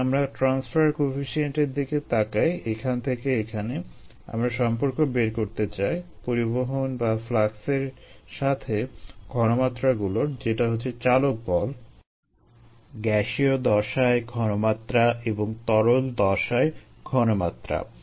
যদি আমরা ট্রান্সফার কোয়েফিসিয়েন্টের দিকে তাকাই এখান থেকে এখানে আমরা সম্পর্ক বের করতে চাই পরিবহণ বা ফ্লাক্স এর সাথে ঘনমাত্রাগুলোর যেটা হচ্ছে চালক বল গ্যাসীয় দশায় ঘনমাত্রা এবং তরল দশায় ঘনমাত্রা